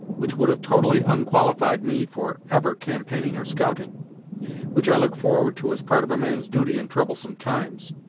which would have totally onqualified me for ever campaigning or scouting which i look forward to as part of a man's duty in troublesome times.